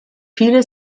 viele